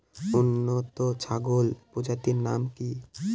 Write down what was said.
উন্নত ছাগল প্রজাতির নাম কি কি?